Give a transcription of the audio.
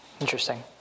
Interesting